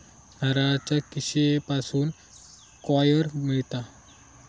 नारळाच्या किशीयेपासून कॉयर मिळता